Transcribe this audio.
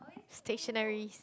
stationary